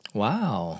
wow